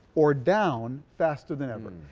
or down faster than ever.